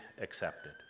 accepted